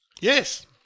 Yes